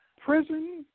Prison